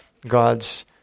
God's